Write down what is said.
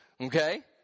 Okay